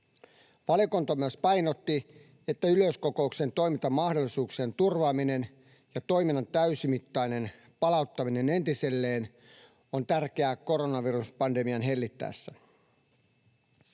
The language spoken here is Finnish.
Valiokunta myös painotti, että yleiskokouksen toimintamahdollisuuksien turvaaminen ja toiminnan täysimittainen palauttaminen entiselleen on tärkeää koronaviruspandemian hellittäessä.